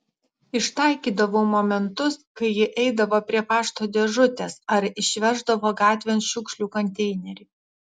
ištaikydavau momentus kai ji eidavo prie pašto dėžutės ar išveždavo gatvėn šiukšlių konteinerį